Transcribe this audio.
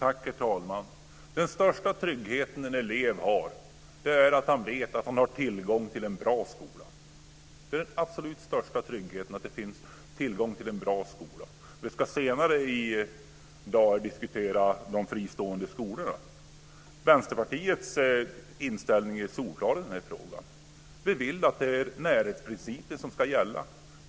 Herr talman! Den största tryggheten en elev har är att han vet att han har tillgång till en bra skola. Den absolut största tryggheten är att det finns tillgång till en bra skola. Vi ska senare i dag diskutera de fristående skolorna. Vänsterpartiets inställning är solklar i frågan. Vi vill att det är närhetsprincipen som ska gälla.